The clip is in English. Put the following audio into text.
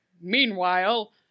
Meanwhile